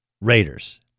Raiders